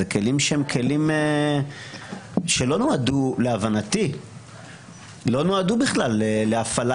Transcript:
אלה כלים שלא נועדו להבנתי בכלל להפעלה